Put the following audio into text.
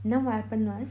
then what happened was